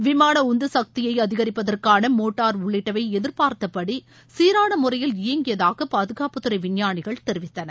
விமான உந்து சக்தியை அதிகரிப்பதற்கான மோட்டார் உள்ளிட்டவை எதிர்பார்த்த படி சீரான முறையில் இயங்கியதாக பாதுகாப்புத்துறை விஞ்ஞானிகள் தெரிவித்தனர்